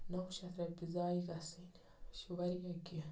نَو شَتھ رۄپیہِ زایہِ گَژھٕنۍ یہِ چھِ واریاہ کینٛہہ